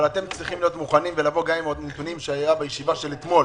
אבל אתם צריכים להיות מוכנים ולבוא עם עוד נתונים שהיו בישיבה של אתמול,